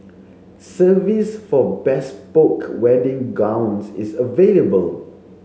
service for bespoke wedding gowns is available